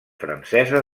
francesa